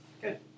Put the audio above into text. Good